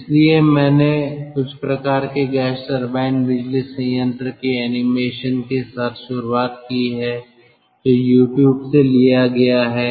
इसलिए मैंने कुछ प्रकार के गैस टरबाइन बिजली संयंत्र के एनीमेशन के साथ शुरुआत की है जो यूट्यूब से लिया गया है